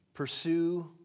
Pursue